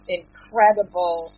incredible